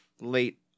late